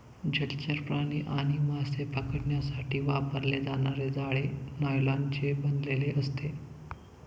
जलचर प्राणी आणि मासे पकडण्यासाठी वापरले जाणारे जाळे नायलॉनचे बनलेले असते